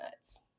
nuts